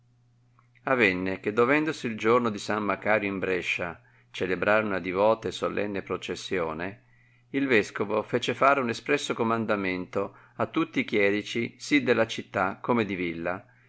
avenne che dovendosi il giorno di san macario in brescia celebrare una divota e solenne processione il vescovo fece fare un espresso comandamento a tutti i chierici sì della città come di villa